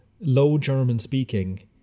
low-German-speaking